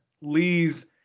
Lee's